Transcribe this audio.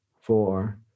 four